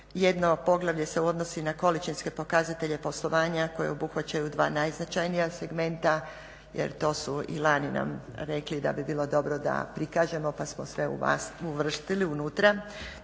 Jedno poglavlje se odnosi na količinske pokazatelje poslovanja koje obuhvaćaju dva najznačajnija segmenta jer to su i lani nam rekli da bi bilo dobro da prikažemo pa smo sve uvrstili unutra.